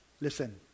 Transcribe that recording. Listen